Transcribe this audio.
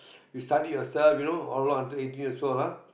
you study yourself you know a lot until eighteen years old ah